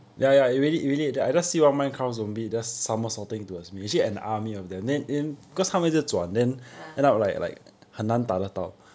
ah